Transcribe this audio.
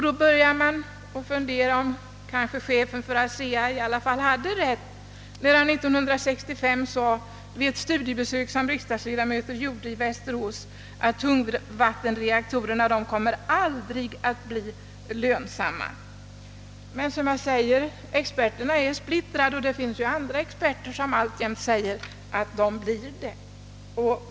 Då börjar man fundera om inte chefen för ASEA i alla fall hade rätt när han 1965, i samband med att några riksdagsledamöter gjorde ett studiebesök i Västerås, yttrade att tungvattenreaktorerna aldrig kommer att bli lönsamma. Men som jag säger, experterna är splittrade, och det finns ju andra experter som alltjämt säger att tungvattenreaktorerna blir lönsamma.